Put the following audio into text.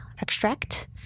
extract